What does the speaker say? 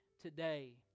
Today